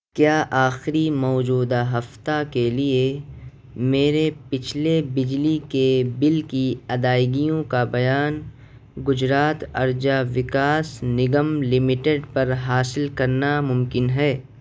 کیا آخری موجودہ ہفتہ کے لیے میرے پچھلے بجلی کے بل کی ادائیگیوں کا بیان گجرات اورجا وکاس نگم لمیٹڈ پر حاصل کرنا ممکن ہے